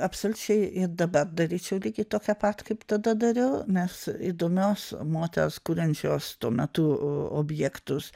absoliučiai ir dabar daryčiau lygiai tokią pat kaip tada dariau nes įdomios moters kuriančios tuo metu objektus